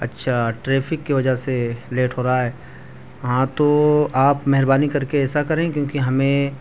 اچھا ٹریفک کی وجہ سے لیٹ ہو رہا ہے ہاں تو آپ مہربانی کر کے ایسا کریں کیونکہ ہمیں